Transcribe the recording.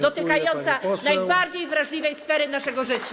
dotykająca najbardziej wrażliwej sfery naszego życia.